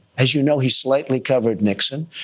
as you know, he slightly covered nixon,